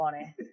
funny